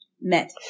met